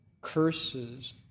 curses